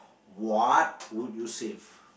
what would you save